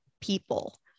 people